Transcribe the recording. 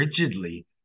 rigidly